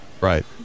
Right